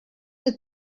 you